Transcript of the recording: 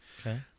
Okay